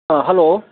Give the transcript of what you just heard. ꯑꯥ hello